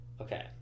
Okay